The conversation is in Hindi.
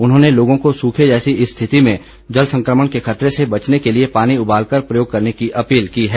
उन्होंने लोगों को सूखे जैसी इस स्थिति में जल संकमण के खतरे से बचने के लिए पानी उबालकर प्रयोग करने की अपील की है